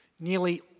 Nearly